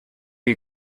you